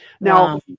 Now